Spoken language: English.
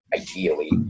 ideally